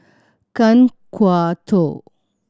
Kan Kwok Toh